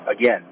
Again